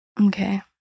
okay